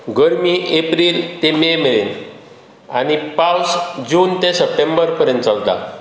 गर्मी एप्रील ते मे मेरेन आनी पावस जून ते सप्टेंबर पर्यंत चलता